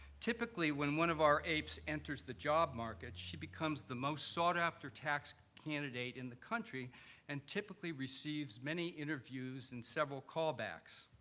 typically, when one of our aaps enters the job market, she becomes the most sought-after tax candidate in the country and typically receives many interviews and several callbacks.